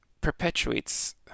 perpetuates